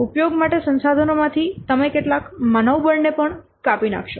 ઉપયોગ માટેનાં સંસાધનોમાંથી તમે કેટલાક માનવબળને પણ કાપી નાખશો